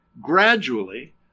gradually